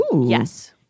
Yes